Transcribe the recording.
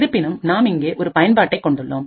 இருப்பினும் நாம் இங்கே ஒரு பயன்பாட்டை கொண்டுள்ளோம்